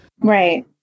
Right